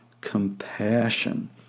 compassion